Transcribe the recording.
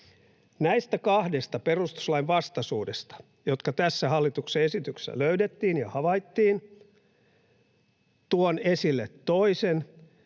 Näistä kahdesta perustuslainvastaisuudesta, jotka tästä hallituksen esityksestä löydettiin ja havaittiin, tuon esille toisen,